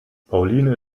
pauline